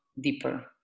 deeper